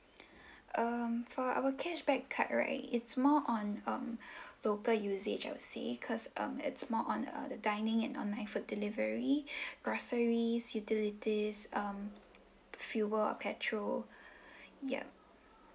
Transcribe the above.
um for our cashback card right it's more on um local usage I would say cause um it's more on uh the dining and online food delivery groceries utilities um fuel or petrol yup